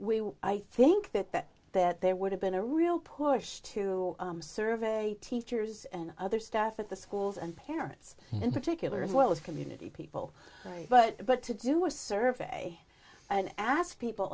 i think that that that there would have been a real push to survey teachers and other staff at the schools and parents in particular as well as community people but but to do a survey and asked people